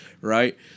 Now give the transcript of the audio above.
Right